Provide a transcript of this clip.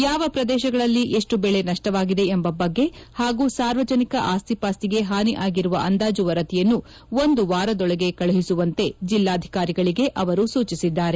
ಯಾವ ಪ್ರದೇಶಗಳಲ್ಲಿ ಎಷ್ಟು ಬೆಳೆ ನಷ್ಷವಾಗಿದೆ ಎಂಬ ಬಗ್ಗೆ ಹಾಗೂ ಸಾರ್ವಜನಿಕ ಆಸ್ತಿ ಪಾಸ್ತಿಗೆ ಹಾನಿ ಆಗಿರುವ ಅಂದಾಜು ವರದಿಯನ್ನು ಒಂದು ವಾರದೊಳಗೆ ಕಳುಹಿಸುವಂತೆ ಜಿಲ್ಲಾಧಿಕಾರಿಗಳಿಗೆ ಅವರು ಸೂಚಿಸಿದ್ದಾರೆ